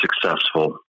successful